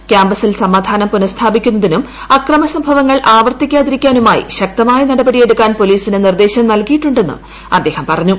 ക്യാമ്പസ്റ്റിൽ സമാധാനം പുനഃസ്ഥാപിക്കുന്നതിനും അക്രമസംഭവങ്ങൾ ആവർത്തിക്കാതിരിക്കാനുമായി ശക്തമായ നടപടിയെടുക്കാൻ പോലീസിന് നിർദ്ദേശം നൽകിയിട്ടുണ്ടെന്നും അദ്ദേഹം പറഞ്ഞു